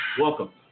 Welcome